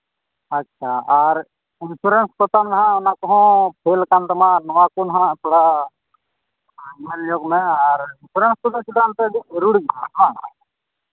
ᱟᱪᱪᱷᱟ ᱟᱨ ᱤᱱᱥᱩᱨᱮᱱᱥ ᱠᱚᱛᱟᱢ ᱦᱟᱸᱜ ᱚᱱᱟ ᱠᱚᱦᱚᱸ ᱯᱷᱮ ᱞ ᱟᱠᱟᱱ ᱛᱟᱢᱟ ᱱᱚᱣᱟ ᱠᱚ ᱱᱟᱦᱟᱸᱜ ᱛᱷᱚᱲᱟ ᱧᱮᱞ ᱧᱚᱜᱽ ᱢᱮ ᱤᱱᱥᱩᱨᱮᱱᱥ ᱠᱚᱫᱚ ᱪᱮᱫᱟᱜ ᱮᱢ ᱦᱮᱸ